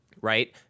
Right